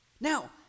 Now